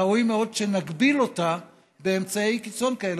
ראוי מאוד שנגביל אותה באמצעי קיצון כאלה,